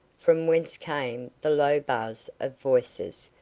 from whence came the low buzz of voices,